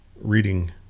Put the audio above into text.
reading